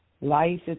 life